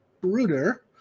Bruder